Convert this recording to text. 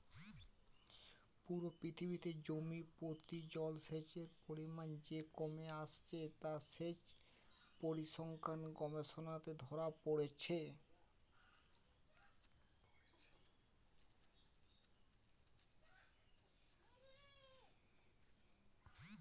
পুরো পৃথিবীতে জমি প্রতি জলসেচের পরিমাণ যে কমে আসছে তা সেচ পরিসংখ্যান গবেষণাতে ধোরা পড়ছে